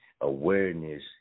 awareness